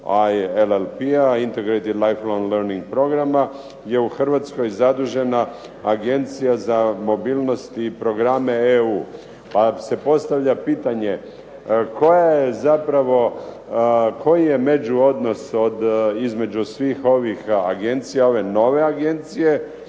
ILLP-a Integrated life long learning programa je u Hrvatskoj zadužena Agencija za mobilnost i programe EU. Pa se postavlja pitanje zapravo, koji je međuodnos između svih ovih Agencija, ove nove Agencije,